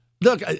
Look